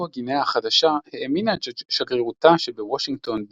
פפואה גינאה החדשה האמינה את שגרירותה שבוושינגטון די.